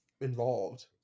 involved